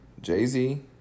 Jay-Z